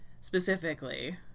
specifically